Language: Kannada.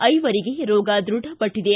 ಐವರಿಗೆ ರೋಗ ದೃಢಪಟ್ಟಿದೆ